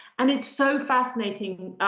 and it's so fascinating.